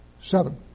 Seven